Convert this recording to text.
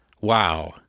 wow